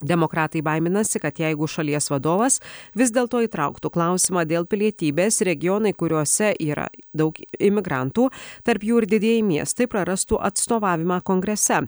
demokratai baiminasi kad jeigu šalies vadovas vis dėlto įtrauktų klausimą dėl pilietybės regionai kuriuose yra daug imigrantų tarp jų ir didieji miestai prarastų atstovavimą kongrese